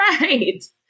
right